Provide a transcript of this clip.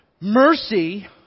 mercy